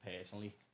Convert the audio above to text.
personally